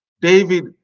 David